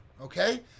okay